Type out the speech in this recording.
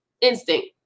instinct